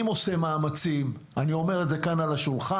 עושה מאמצים ואני אומר את זה כאן על השולחן.